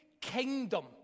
kingdom